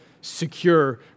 secure